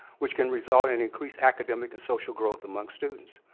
which can result in increased academic and social growth among students.